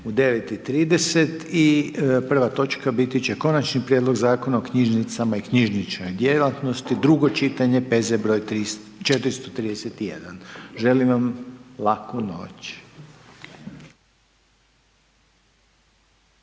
u 9,30 i prva točka biti će Konačni prijedlog Zakona o knjižnicama i knjižnoj djelatnosti, drugo čitanje, P.Z. br. 431. Želim vam laku noć.